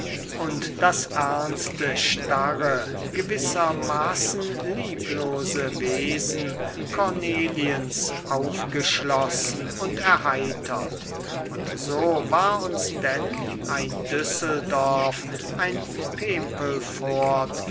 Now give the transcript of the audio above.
und das ernste starre gewissermaßen lieblose wesen corneliens aufgeschlossen und erheitert und so war uns denn ein düsseldorf ein